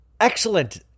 Excellent